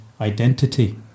identity